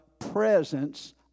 Presence